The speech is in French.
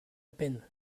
peine